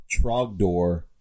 Trogdor